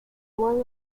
one